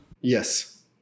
Yes